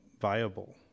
viable